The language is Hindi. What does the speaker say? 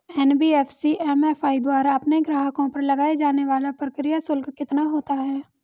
एन.बी.एफ.सी एम.एफ.आई द्वारा अपने ग्राहकों पर लगाए जाने वाला प्रक्रिया शुल्क कितना होता है?